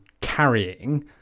carrying